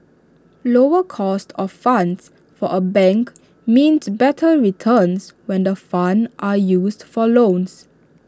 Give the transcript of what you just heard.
lower cost of funds for A bank means better returns when the funds are used for loans